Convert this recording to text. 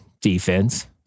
Defense